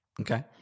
Okay